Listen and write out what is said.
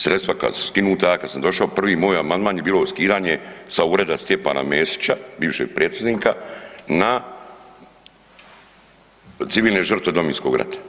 Sredstva koja su skinuta, ja kad sam došao, prvi moj amandman je bilo skidanje sa ureda Stjepana Mesića, bivšeg Predsjednika na civilne žrtve Domovinskog rata.